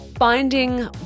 Finding